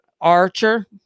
Archer